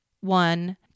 one